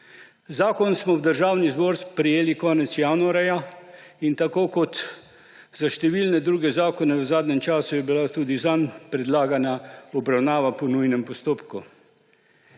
Zakon smo v Državni zbor sprejeli konec januarja in tako kot za številne druge zakone v zadnjem času je bila tudi zanj predlagana obravnava po nujnem postopku.